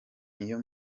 niyo